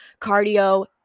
Cardio